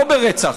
לא ברצח,